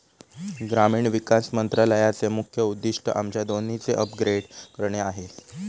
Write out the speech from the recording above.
ग्रामीण विकास मंत्रालयाचे मुख्य उद्दिष्ट आमच्या दोन्हीचे अपग्रेड करणे आहे